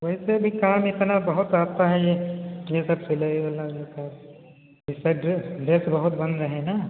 वैसे भी काम एतना बहुत आता है यह सब सिलाई वाला यह सब यह सब ड्रे ड्रेस बहुत बन रहे हैं ना